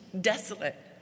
desolate